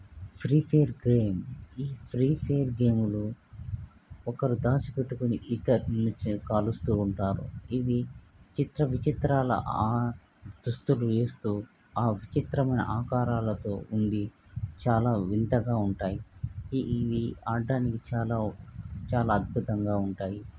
free fire game ఈ free fire గేమ్లో ఒకరు దాచిపెట్టుకొని ఇతరులని చి కాలుస్తూ ఉంటారు ఇవి చిత్ర విచిత్రాల దుస్తులు వేస్తూ ఆ విచిత్రమైన ఆకారాలతో ఉండి చాలా వింతగా ఉంటాయి ఈ ఇవి ఆడటానికి చాలా చాలా అద్భుతంగా ఉంటాయి